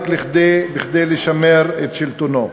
רק כדי לשמר את שלטונו.